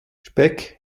speck